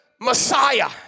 Messiah